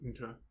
Okay